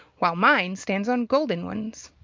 while mine stands on golden ones.